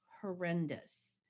horrendous